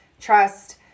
trust